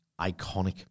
iconic